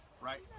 Right